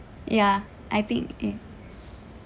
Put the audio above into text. ya I think it